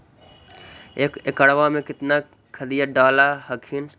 एक एकड़बा मे कितना खदिया डाल हखिन?